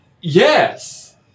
Yes